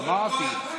אמרתי.